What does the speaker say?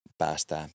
päästä